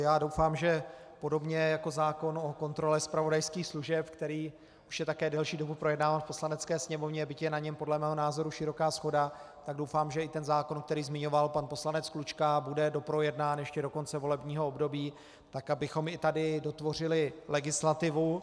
Já doufám, že podobně jako zákon o kontrole zpravodajských služeb, který už je také delší dobu projednáván v Poslanecké sněmovně, byť je na něm, podle mého názoru, široká shoda, tak doufám, že i ten zákon, který zmiňoval pan poslanec Klučka, bude doprojednán ještě do konce volebního období, tak abychom i tady dotvořili legislativu.